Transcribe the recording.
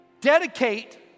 dedicate